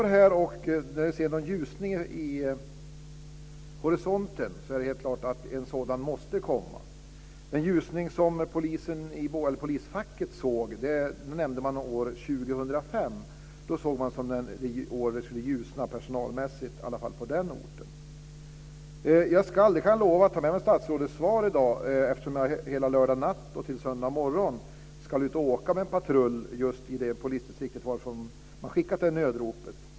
Det är helt klart att en ljusning måste komma vid horisonten. Polisfacket i Borlänge såg år 2005 som det år det skulle ljusna personalmässigt, i varje fall på den orten. Jag lovar att ta med mig statsrådets svar i dag. Jag ska hela lördag natt och söndag morgon ut och åka med en patrull just i det polisdistrikt varifrån man har skickat nödropet.